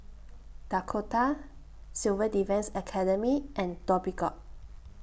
Dakota Civil Defence Academy and Dhoby Ghaut